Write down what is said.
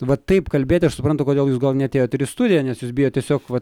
va taip kalbėti aš suprantu kodėl jūs gal neatėjot ir į studiją nes jūs bijot tiesiog vat